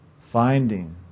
Finding